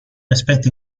aspetti